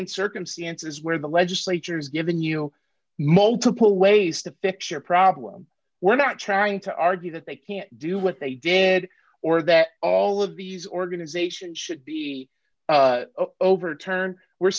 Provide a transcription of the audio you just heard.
in circumstances where the legislature has given you multiple ways to fix your problem we're not trying to argue that they can't do what they damned or that all of these organizations should be overturned we're